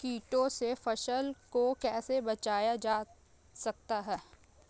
कीटों से फसल को कैसे बचाया जा सकता है?